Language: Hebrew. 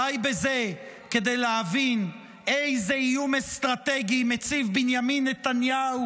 די בזה כדי להבין איזה איום אסטרטגי מציב בנימין נתניהו